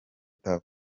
tuff